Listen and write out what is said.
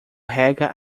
rega